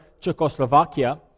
Czechoslovakia